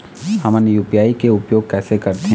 हमन यू.पी.आई के उपयोग कैसे करथें?